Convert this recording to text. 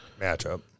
matchup